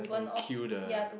to kill the